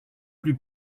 plus